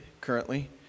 currently